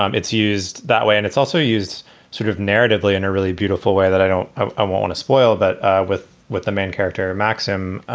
um it's used that way, and it's also used sort of narratively in a really beautiful way that i don't ah want want to spoil that with what the main character, maxim.